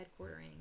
headquartering